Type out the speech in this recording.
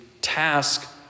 task